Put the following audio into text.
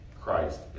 Christ